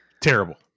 Terrible